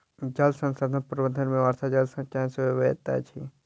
जल संसाधन प्रबंधन मे वर्षा जल संचयन सेहो अबैत अछि